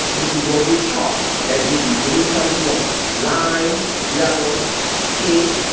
you can go get chalk. they give you any color you want lime, yellow pink,